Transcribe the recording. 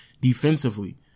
defensively